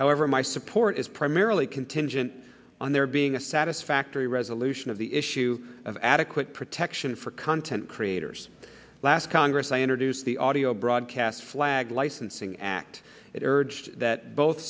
however my support is primarily contingent on there being a satisfactory resolution of the issue of adequate protection for content creators last congress i introduced the audio broadcast flag licensing act it urged that both